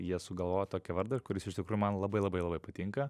jie sugalvojo tokį vardą kuris iš tikrųjų man labai labai labai patinka